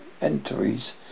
entries